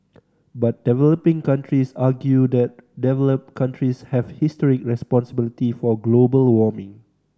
but developing countries argue that developed countries have historic responsibility for global warming